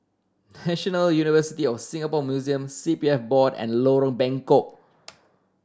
National University of Singapore Museums C P F Board and Lorong Bengkok